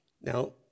Now